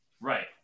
Right